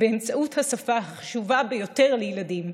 באמצעות השפה החשובה ביותר לילדים,